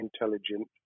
intelligent